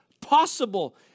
possible